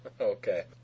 Okay